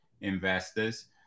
investors